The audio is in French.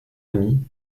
ami